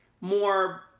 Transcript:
more